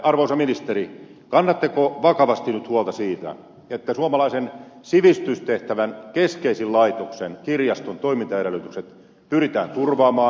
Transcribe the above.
arvoisa ministeri kannatteko vakavasti nyt huolta siitä että suomalaisen sivistystehtävän keskeisimmän laitoksen kirjaston toimintaedellytykset pyritään turvaamaan